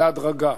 בהדרגה.